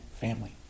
family